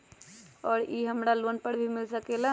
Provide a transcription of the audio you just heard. और का इ हमरा लोन पर भी मिल सकेला?